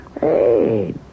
Hey